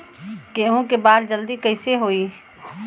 गेहूँ के बाल जल्दी कईसे होई?